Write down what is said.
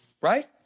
right